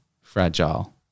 fragile